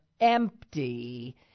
empty